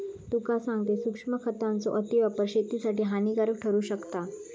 तुका सांगतंय, सूक्ष्म खतांचो अतिवापर शेतीसाठी हानिकारक ठरू शकता